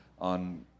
on